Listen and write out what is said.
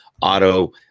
auto